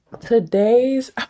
today's